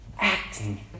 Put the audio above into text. acting